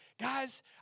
guys